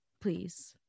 please